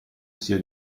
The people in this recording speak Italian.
sia